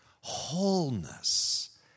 wholeness